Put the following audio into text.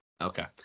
Okay